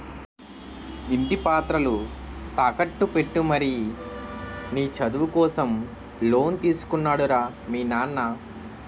ఇంటి పత్రాలు తాకట్టు పెట్టి మరీ నీ చదువు కోసం లోన్ తీసుకున్నాడు రా మీ నాన్న